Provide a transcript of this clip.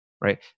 right